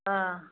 ஆ